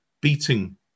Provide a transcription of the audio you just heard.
beating